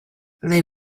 they